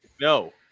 No